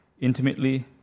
intimately